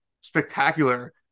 spectacular